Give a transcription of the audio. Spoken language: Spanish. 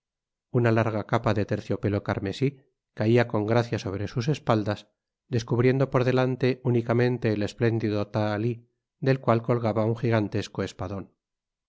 una larga capa de terciopelo carmesí caia con gracia sobre sus espaldas descubriendo por delante únicamente el espléndido tahalí del cual colgaba un gigantesco espadon